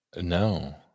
No